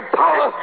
power